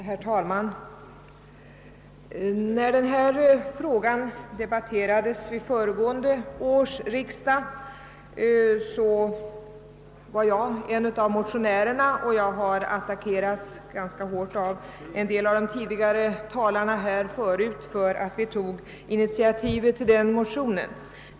Herr talman! När den här frågan debatterades vid föregående års riksdag var jag en av motionärerna, och jag har attackerats ganska hårt av en del av de föregående talarna i debatten för att vi tog initiativ till den motionen.